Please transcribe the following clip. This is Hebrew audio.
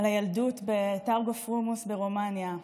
הילדות בטרגו פרומוס ברומניה,